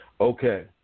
Okay